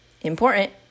important